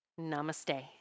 Namaste